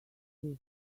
this